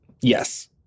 yes